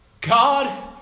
God